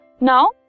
Now